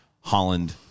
Holland